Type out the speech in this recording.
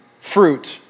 fruit